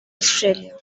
australia